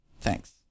Thanks